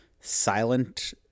silent